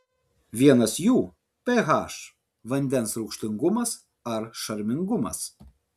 vienas jų ph vandens rūgštingumas ar šarmingumas